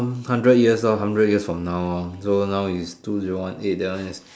hundred years ah hundred years from now hor so now is two zero one eight that one is